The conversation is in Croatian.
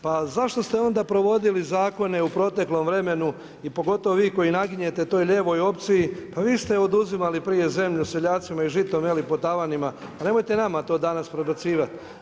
Pa zašto ste onda provodili zakone u proteklom vremenu i pogotovo vi koji naginjete toj lijevoj opciji, pa vi ste oduzimali prije zemlju seljacima i žitom po tavanima pa nemojte nama to danas prebacivat.